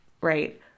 right